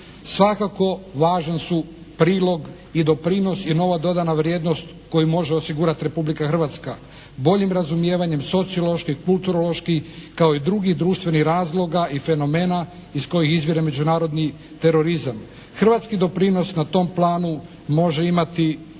svakako važan su prilog i doprinos i novo dodana vrijednost koju može osigurati Republika Hrvatska. Boljim razumijevanjem sociološki, kulturološki kao i drugi društvenih razloga i fenomena iz kojih izvire međunarodni terorizam. Hrvatski doprinos na tom planu može imati važnu i